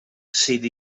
sydd